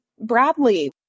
Bradley